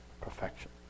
perfection